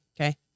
Okay